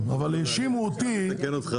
אבל האשימו אותי --- אני צריך לתקן אותך,